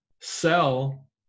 sell